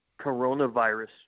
coronavirus